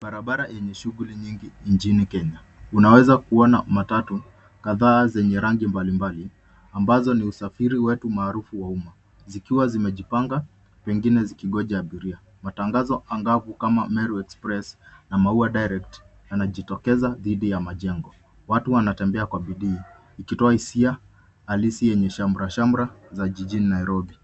Barabara yenye shughuli nyingi nchini Kenya, unaweza kuona matatu kadhaa zenye rangi mbalimbali, ambazo ni usafiri wetu maarufu wa umma, zikiwa zimejipanga pengine zikingoja abiria. Matangazo angavu kama Meru express , na Maua direct , yanajitokeza dhidi ya majengo. Watu wanatembea kwa bidii, ikitoa hisia halisi yenye shamra shamra za jijini Nairobi.